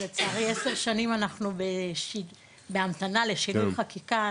שלצערי 10 שנים אנחנו בהמתנה לשינוי חקיקה,